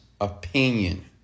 opinion